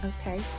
okay